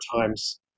times